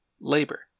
labor